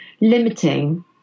limiting